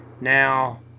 Now